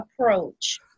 approach